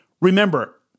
Remember